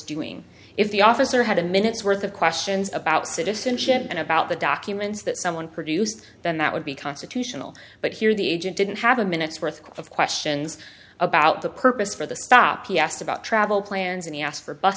doing if the officer had a minute's worth of questions about citizenship and about the documents that someone produced then that would be constitutional but here the agent didn't have a minute's worth of questions about the purpose for the stop he asked about travel plans and he asked for bus